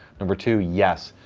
number two yes,